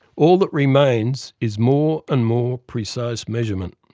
all that remains is more and more precise measurement.